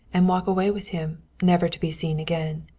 and walk away with him, never to be seen again.